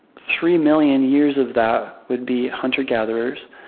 three million years of that would be hunter-gatherers,